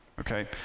okay